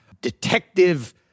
Detective